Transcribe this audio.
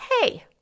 hey